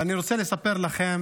אני רוצה לספר לכם